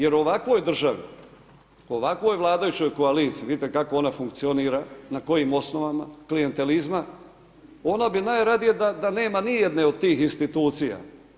Jer u ovakvoj državi, ovakvoj vladajućoj koaliciji, vidite kako ona funkcionira, na kojim osnovama klijantelizma, ona bi najradije da nema nijedne od tih institucija.